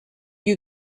you